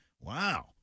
Wow